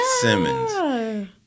Simmons